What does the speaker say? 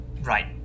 Right